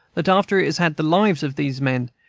that after it has had the lives of these men,